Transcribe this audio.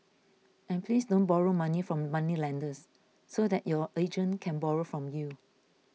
and please don't borrow money from moneylenders so that your agent can borrow from you